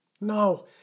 No